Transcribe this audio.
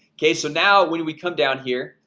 okay? so now when we come down here,